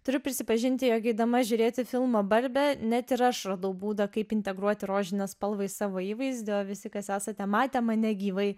turiu prisipažinti jog eidama žiūrėti filmo barbė net ir aš radau būdą kaip integruoti rožinę spalvą į savo įvaizdį o visi kas esate matę mane gyvai